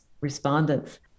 respondents